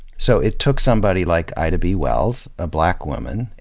so it took somebody like ida b. wells, a black woman,